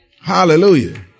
Hallelujah